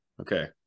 Okay